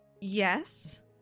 Yes